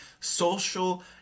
social